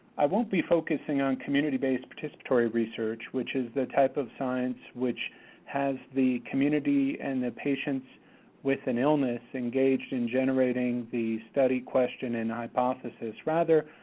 i won't be focusing on community-based participatory research, which is the type of science which has the community and the patients with an illness engaged in generating the study question and hypothesis. rather,